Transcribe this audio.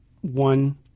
one